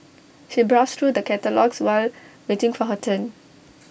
she browsed through the catalogues while waiting for her turn